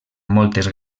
moltes